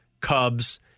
Cubs